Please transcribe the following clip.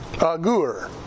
Agur